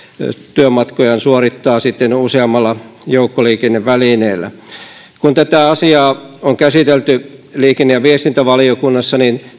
työmatkojaan suorittaa sitten useammalla joukkoliikennevälineellä kun tätä asiaa on käsitelty liikenne ja viestintävaliokunnassa niin